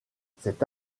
cette